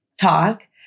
talk